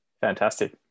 fantastic